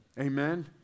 Amen